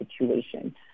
situation